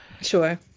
Sure